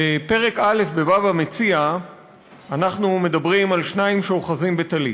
בפרק א' בבבא מציעא אנחנו מדברים על שניים שאוחזין בטלית,